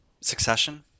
Succession